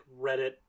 Reddit